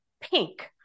Pink